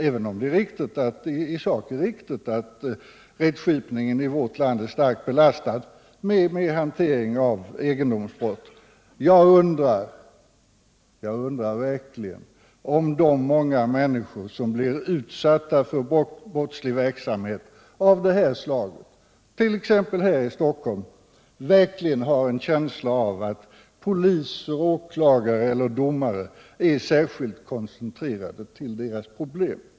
Även om det i sak är riktigt att rättsskipningen i vårt land är starkt belastad med hanteringen av egendomsbrott vill jag, med anledning av motionens tal om koncentration i alltför hög grad, säga att jag undrar om de många människor som blir utsatta för brottslig verksamhet av detta slag, t.ex. här i Stockholm, verkligen har en känsla av att poliser, åklagare och domare är särskilt koncentrerade på deras problem.